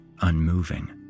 unmoving